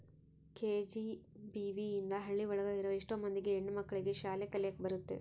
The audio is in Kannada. ಕೆ.ಜಿ.ಬಿ.ವಿ ಇಂದ ಹಳ್ಳಿ ಒಳಗ ಇರೋ ಎಷ್ಟೋ ಮಂದಿ ಹೆಣ್ಣು ಮಕ್ಳಿಗೆ ಶಾಲೆ ಕಲಿಯಕ್ ಬರುತ್ತೆ